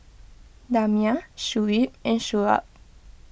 Damia Shuib and Shoaib